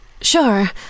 sure